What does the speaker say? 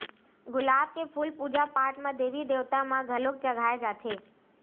गुलाब के फूल पूजा पाठ म देवी देवता म घलो चघाए जाथे